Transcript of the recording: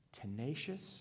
Tenacious